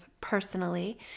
personally